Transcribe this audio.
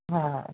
हा हा